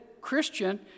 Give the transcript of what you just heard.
Christian